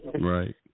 Right